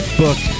book